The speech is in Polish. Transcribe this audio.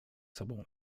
sobą